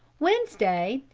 wednesday,